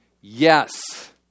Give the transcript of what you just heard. yes